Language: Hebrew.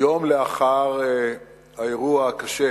יום לאחר האירוע הקשה